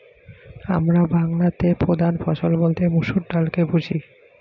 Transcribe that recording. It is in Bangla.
আমরা বাংলাতে প্রধান ফসল বলতে মসুর ডালকে বুঝি